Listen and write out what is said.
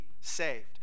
Saved